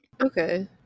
Okay